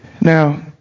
now